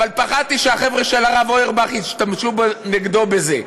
אבל פחדתי שהחבר'ה של הרב אוירבך ישתמשו נגדו בזה.